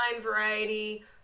Variety